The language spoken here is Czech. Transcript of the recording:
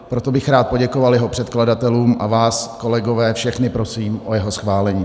Proto bych rád poděkoval jeho předkladatelům a vás, kolegové, všechny prosím o jeho schválení.